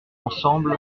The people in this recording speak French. ensemble